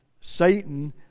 Satan